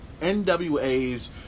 NWA's